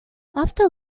after